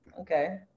okay